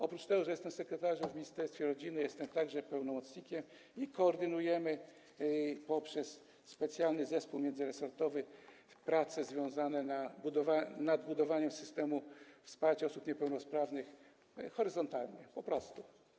Oprócz tego, że jestem sekretarzem stanu w ministerstwie rodziny, jestem także pełnomocnikiem i koordynujemy poprzez specjalny zespół międzyresortowy prace nad budowaniem systemu wsparcia osób niepełnosprawnych - horyzontalnie, po prostu.